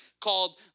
called